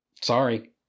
sorry